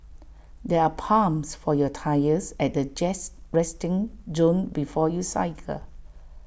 there are pumps for your tyres at the jest resting zone before you cycle